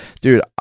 dude